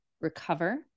Recover